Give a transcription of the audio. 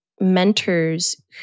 mentors